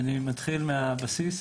אני מתחיל מהבסיס.